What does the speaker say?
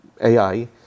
AI